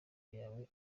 yawe